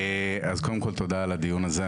אז קודם כל תודה על הדיון הזה,